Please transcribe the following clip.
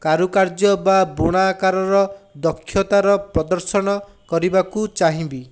କାରୁକାର୍ଯ୍ୟ ବା ବୁଣାକାରର ଦକ୍ଷତାର ପ୍ରଦର୍ଶନ କରିବାକୁ ଚାହିଁବି